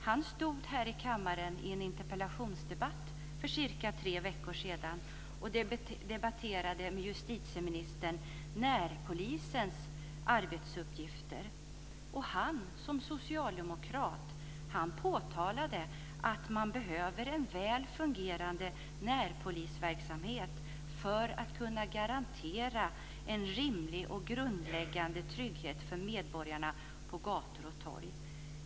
Han deltog i en interpellationsdebatt för tre veckor sedan och diskuterade närpolisens arbetsuppgifter med justitieministern. Bengt Silfverstrand sade att det behövs en väl fungerande närpolisverksamhet för att man ska kunna garantera en rimlig och grundläggande trygghet för medborgarna på gator och torg.